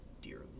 dear